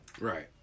Right